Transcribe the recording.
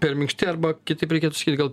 per minkšti arba kitaip reikėtų sakyti gal